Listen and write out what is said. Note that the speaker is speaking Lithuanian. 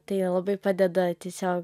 tai labai padeda tiesio